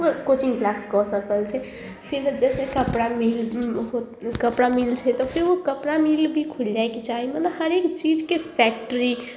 कोइ coaching class कऽ सकै छै फेर जैसे कपड़ा मिल कपड़ा मिल छै तऽ फिर ओ कपड़ा मिल भी खुलि जाइके चाही मतलब हरेक चीजके फैक्ट्री